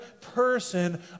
person